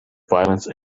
violence